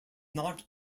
not